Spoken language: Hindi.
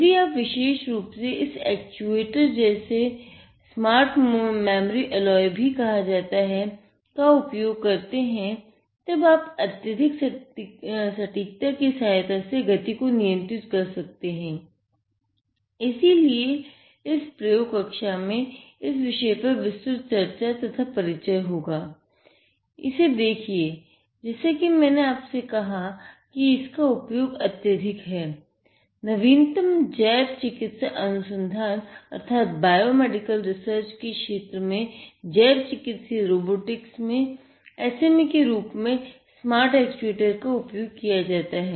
यदि आप विशेष रूप से इस एक्चुएटर जिसे स्मार्ट मेमोरी एलाय के क्षेत्र में जैवचिकित्सीय रोबोटिक्स में SMA के रूप में स्मार्ट एक्चुएटर का उपयोग किया जाता है